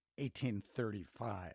1835